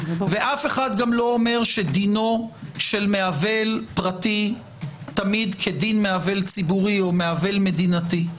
ואף אחד לא אומר שדינו של מעוול פרטי תמיד כדין מעוול ציבורי או מדינתי,